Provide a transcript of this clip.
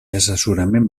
assessorament